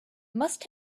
must